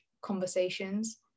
conversations